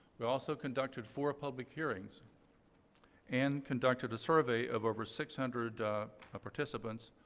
we also conducted four public hearings and conducted a survey of over six hundred participants,